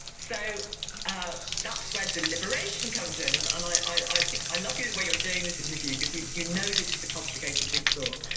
so ah that's where deliberation comes in, and and i think, i love the way you're doing this interview, because you you know this is a complicated jigsaw